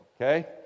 okay